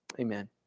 Amen